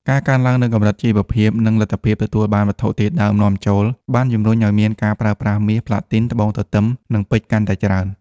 ការកើនឡើងនូវកម្រិតជីវភាព និងលទ្ធភាពទទួលបានវត្ថុធាតុដើមនាំចូល បានជំរុញឲ្យមានការប្រើប្រាស់មាស ផ្លាទីន ត្បូងទទឹម និងពេជ្រកាន់តែច្រើន។